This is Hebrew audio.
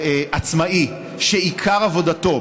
עצמאי שעיקר עבודתו,